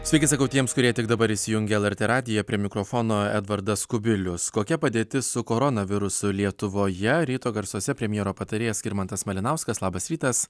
sveiki sakau tiems kurie tik dabar įsijungė lrt radiją prie mikrofono edvardas kubilius kokia padėtis su koronavirusu lietuvoje ryto garsuose premjero patarėjas skirmantas malinauskas labas rytas